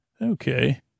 Okay